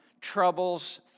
troubles